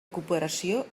cooperació